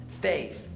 faith